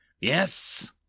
Yes